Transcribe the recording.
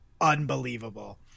unbelievable